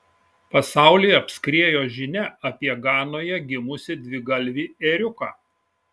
pasaulį apskriejo žinia apie ganoje gimusį dvigalvį ėriuką